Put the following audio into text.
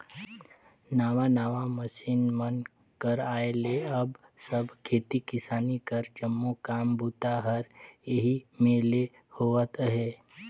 नावा नावा मसीन मन कर आए ले अब सब खेती किसानी कर जम्मो काम बूता हर एही मे ले होवत अहे